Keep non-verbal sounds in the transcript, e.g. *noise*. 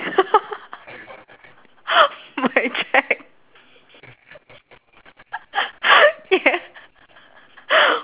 *laughs* my cheque yeah